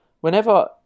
Whenever